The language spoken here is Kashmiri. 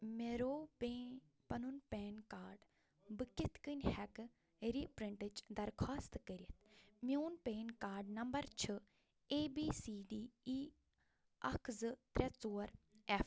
مےٚ روو پے پنُن پین کارڈ بہٕ کتھ کٔنۍ ہیٚکہٕ ری پرٛنٹٕچ درخوٛاست کٔرتھ میٛون پین کارڈ نمبر چھُ A B C D E اکھ زٕ ترٛےٚ ژور ایٚف